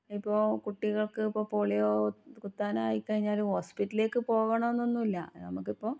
ഇപ്പോൾ കുട്ടികൾക്ക് ഇപ്പോൾ പോളിയോ കുത്താനായി കഴിഞ്ഞാലും ഹോസ്പിറ്റലിലേക്ക് പോകണമെന്നൊന്നുമില്ല നമുക്കിപ്പോൾ